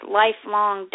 lifelong